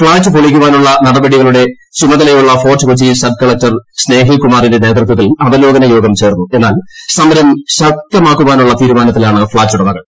flat പൊളിക്കാനുള്ള നടപടികളുടെ ചുമ്തലയുള്ള ഫോർട്ട് കൊച്ചി സബ്കളക്ടർ സ്നേഹിൽ കുമാറിന്റെ നേതൃത്വത്തിൽ അവലോകന യോഗം ശക്തമാക്കാനുള്ള തീരൂമാനത്തിലാണ് ഫ്ളാറ്റ് ഉടമകൾ